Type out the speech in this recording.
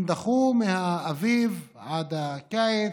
הם דחו מהאביב עד הקיץ,